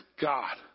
God